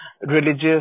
religious